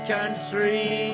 Country